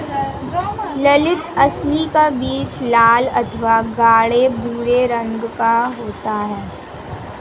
ललीत अलसी का बीज लाल अथवा गाढ़े भूरे रंग का होता है